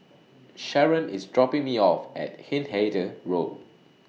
Sharron IS dropping Me off At Hindhede Road